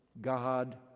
God